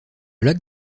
lac